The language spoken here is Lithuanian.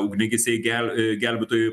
ugniagesiai gel gelbėtojai